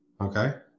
okay